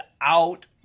out